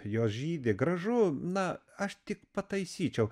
jos žydi gražu na aš tik pataisyčiau